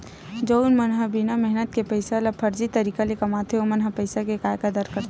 जउन मन ह बिना मेहनत के पइसा ल फरजी तरीका ले कमाथे ओमन ह पइसा के काय कदर करे सकही